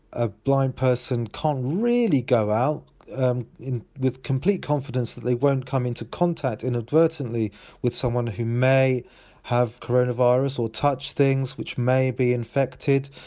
a blind person can't really go out um with complete confidence that they won't come into contact inadvertently with someone who may have coronavirus, or touch things, which may be infected.